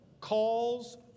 calls